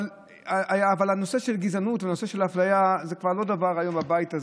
אבל הנושא של גזענות והנושא של אפליה הוא כבר לא דבר נדיר